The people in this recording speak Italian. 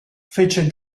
fece